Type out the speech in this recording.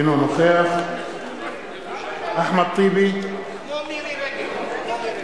אינו נוכח אחמד טיבי, כמו מירי רגב.